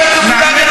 וגם כשר.